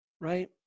Right